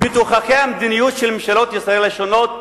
בתוככי המדיניות של ממשלות ישראל השונות,